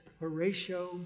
Horatio